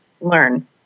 learn